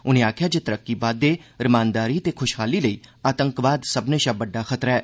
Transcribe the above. उनें आखेआ जे तरक्की बाद्दे रमानदारी ते खुशहाली लेई आतंकवाद सब्भनें शा बड्डा खतरा ऐ